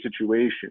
situation